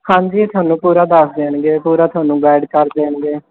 ਹਾਂਜੀ ਤੁਹਾਨੂੰ ਪੂਰਾ ਦੱਸ ਦੇਣਗੇ ਪੂਰਾ ਤੁਹਾਨੂੰ ਗਾਈਡ ਕਰ ਦੇਣਗੇ